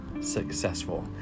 successful